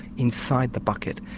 inside the bucket.